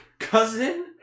Cousin